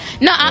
No